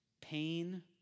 pain